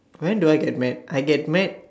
when do I get mad I get mad